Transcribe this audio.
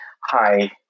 hi